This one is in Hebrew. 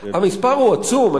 המספר הוא עצום.